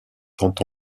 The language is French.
tant